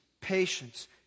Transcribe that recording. patience